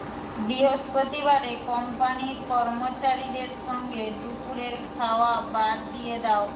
বৃহস্পতিবারে কোম্পানির কর্মচারীদের সঙ্গে দুপুরের খাওয়া বাদ দিয়ে দাও